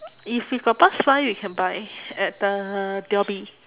if you got pass by you can buy at the dhoby